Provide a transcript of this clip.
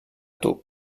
tub